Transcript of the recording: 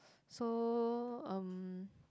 so um